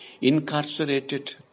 Incarcerated